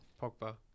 Pogba